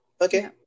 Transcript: Okay